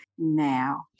Now